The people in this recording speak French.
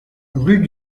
rue